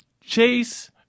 Chase